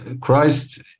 Christ